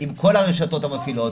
עם כל הרשתות המפעילות.